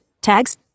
Tags